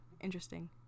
interesting